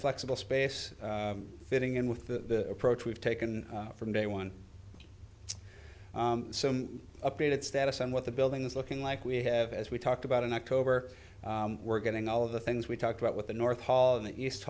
flexible space fitting in with the approach we've taken from day one some updated status on what the buildings looking like we have as we talked about in october we're getting all of the things we talked about with the north hall and the east